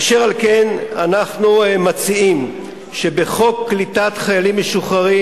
אשר על כן אנחנו מציעים שבחוק קליטת חיילים משוחררים,